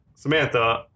Samantha